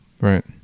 Right